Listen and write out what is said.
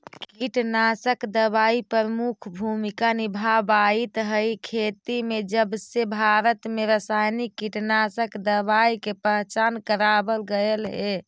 कीटनाशक दवाई प्रमुख भूमिका निभावाईत हई खेती में जबसे भारत में रसायनिक कीटनाशक दवाई के पहचान करावल गयल हे